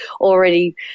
already